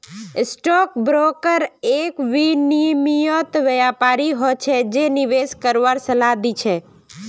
stock broker एक विनियमित व्यापारी हो छै जे निवेश करवार सलाह दी छै